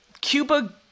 Cuba